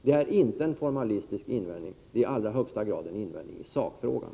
Det är således inte en formalistisk invändning, utan i allra högsta grad en invändning i sakfrågan.